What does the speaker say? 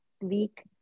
week